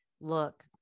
look